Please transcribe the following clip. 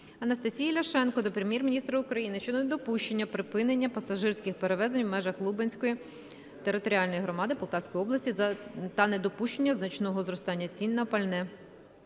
Анастасії Ляшенко до Прем'єр-міністра України щодо недопущення припинення пасажирських перевезень у межах Лубенської територіальної громади Полтавської області та недопущення значного зростання цін на пальне.